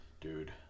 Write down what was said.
dude